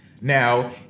Now